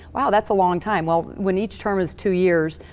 wow, that's a long time. well, when each term is two years,